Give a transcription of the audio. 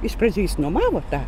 iš pradžių jis nuomavo tą